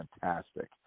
fantastic